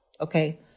okay